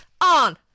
on